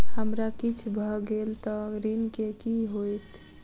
हमरा किछ भऽ गेल तऽ ऋण केँ की होइत?